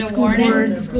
board member.